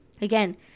again